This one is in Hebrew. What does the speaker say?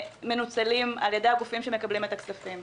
מנוצלים על ידי הגופים שמקבלים את הכספים?